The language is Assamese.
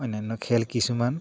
অন্যান্য খেল কিছুমান